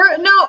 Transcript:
No